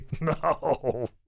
No